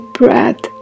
breath